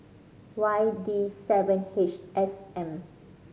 Y D seven H S M